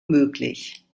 möglich